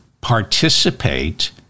participate